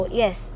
yes